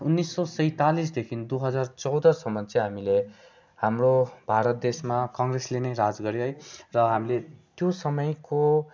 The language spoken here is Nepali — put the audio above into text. उन्नाइस सय सैतालिसदेखिन् दुई हजार चौधसम्म चाहिँ हामीले हाम्रो भारत देशमा कङ्ग्रेसले नै राज गऱ्यो है र हामीले त्यो समयको